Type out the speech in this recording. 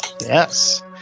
Yes